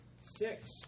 six